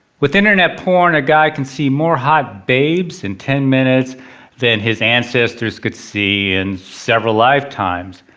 with internet porn a guy can see more hot babes in ten minutes than his ancestors could see in several lifetimes.